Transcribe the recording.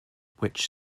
which